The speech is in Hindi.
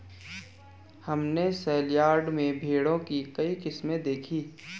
हमने सेलयार्ड में भेड़ों की कई किस्में देखीं